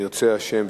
אם ירצה השם,